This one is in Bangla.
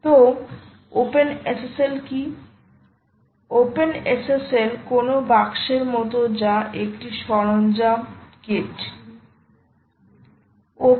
OpenSSL কোনও বাক্সের মতো যা একটি সরঞ্জাম কিট